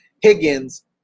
Higgins